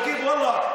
תגיד: ואללה,